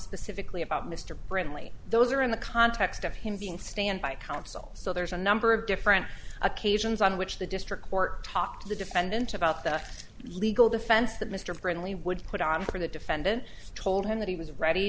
specifically about mr bradley those are in the context of him being standby counsel so there's a number of different occasions on which the district court talked to the defendant about the legal defense that mr brindley would put on for the defendant told him that he was ready